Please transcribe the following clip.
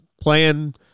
playing